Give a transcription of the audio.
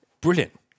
Brilliant